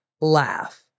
laugh